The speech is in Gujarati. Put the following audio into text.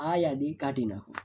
આ યાદી કાઢી નાંખો